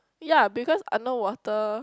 ya because underwater